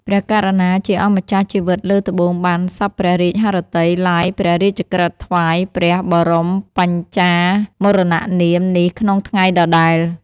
ព្រះករុណាជាអម្ចាស់ជីវិតលើត្បូងបានសព្វព្រះរាជហឫទ័យឡាយព្រះរាជក្រឹត្យថ្វាយព្រះបរមបច្ឆាមរណនាមនេះក្នុងថ្ងៃដដែល។